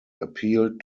appealed